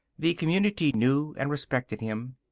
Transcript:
the community knew and respected him.